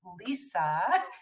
Lisa